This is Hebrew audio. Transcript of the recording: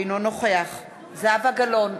אינו נוכח זהבה גלאון,